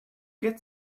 get